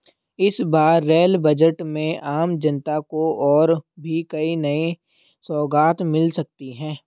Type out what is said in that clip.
इस बार rail budget में आम जनता को और भी कई नई सौगात मिल सकती हैं